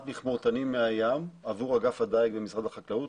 מכמורתנים מהים עבור אגף הדיג במשרד החקלאות.